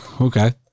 okay